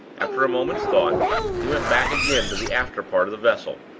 after a moment's thought he went back again to the after-part of the vessel,